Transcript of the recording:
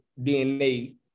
DNA